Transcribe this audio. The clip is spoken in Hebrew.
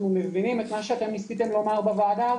מבינים את מה שאתם ניסיתם לומר בוועדה,